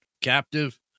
Captive